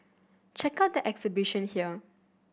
check out the exhibition here